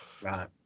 Right